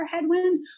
headwind